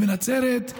לא בנצרת,